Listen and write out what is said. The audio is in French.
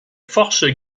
forces